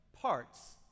parts